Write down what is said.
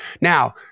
Now